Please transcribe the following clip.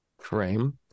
frame